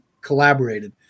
collaborated